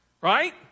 right